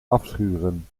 afschuren